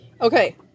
Okay